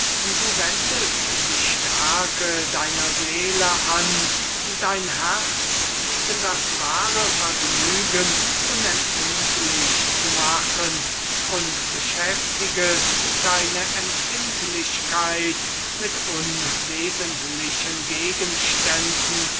du wendest die stärke deiner seele an dein herz gegen das wahre vergnügen unempfindlich zu machen und beschäftigest deine empfindlichkeit mit unwesentlichen gegenständen